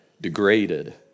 degraded